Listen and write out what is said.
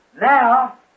Now